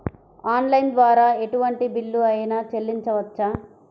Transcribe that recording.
Online ద్వారా ఎటువంటి bill అయినా చెల్లించవచ్చా?